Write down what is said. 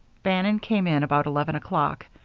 bannon came in about eleven o'clock,